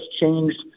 changed